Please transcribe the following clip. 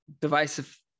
divisive